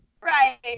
right